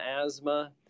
asthma